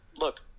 look